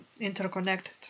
interconnected